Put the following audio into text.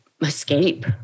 Escape